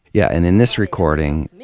yeah, and in this recording,